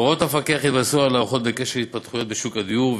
הוראות המפקח התבססו על הערכות בקשר להתפתחויות בשוק הדיור,